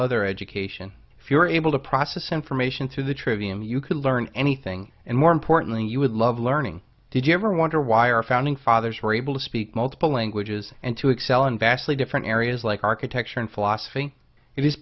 other education if you were able to process information through the trivium you could learn anything and more importantly you would love learning did you ever wonder why our founding fathers were able to speak multiple languages and to excel in vastly different areas like architecture and philosophy i